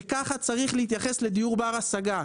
וכך צריך להתייחס לדיור בר השגה,